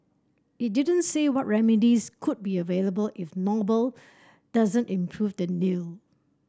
it didn't say what remedies could be available if Noble doesn't improve the deal